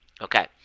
Okay